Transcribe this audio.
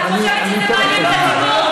את חושבת שזה מעניין את הציבור,